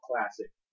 classic